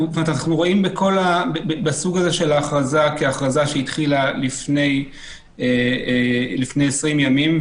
אנחנו רואים בסוג הזה של ההכרזה כהכרזה שהתחילה לפני 20 ימים,